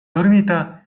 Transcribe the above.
dormida